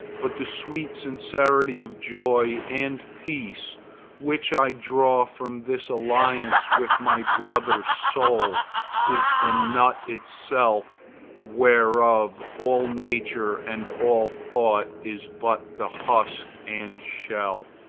but the sweet sincerity of joy and peace which i draw from this alliance with my brother's soul is the nut itself whereof all nature and all thought is but the husk and shell.